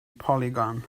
polygon